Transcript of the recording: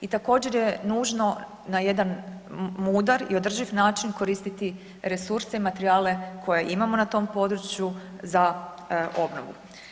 I također je nužno na jedan mudar i održiv način koristiti resurse i materijale koje imamo na tom području za obnovu.